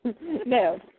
no